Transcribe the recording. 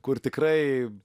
kur tikrai